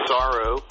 Sorrow